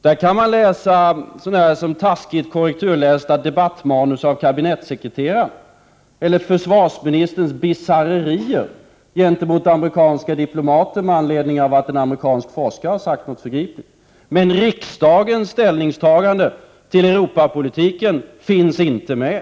Där kan man läsa dåligt korrekturlästa debattmanus av kabinettssekreteraren eller försvarsministerns bisarrerier gentemot amerikanska diplomater med anledning av att en amerikansk forskare har sagt något förgripligt. Men riksdagens ställningstagande till Europapolitiken finns inte med.